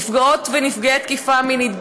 נפגעות ונפגעי תקיפה מינית,